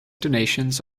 donations